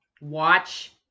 watch